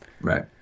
Right